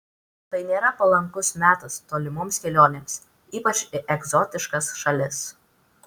tai nėra palankus metas tolimoms kelionėms ypač į egzotiškas šalis